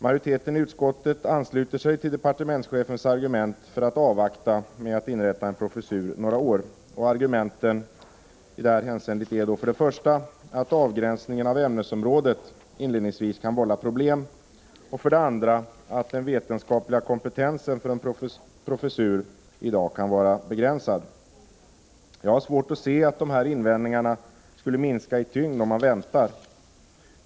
Majoriteten i utskottet ansluter sig till departementschefens argument för att vänta några år och avvakta med att inrätta en professur. Argumenten i det här hänseendet är då för det första att avgränsningen av ämnesområdet inledningsvis kan vålla problem och för det andra att den vetenskapliga kompetensen för en professur i dag kan vara begränsad. Jag har svårt att se att de invändningarna skulle minska i tyngd om man väntar.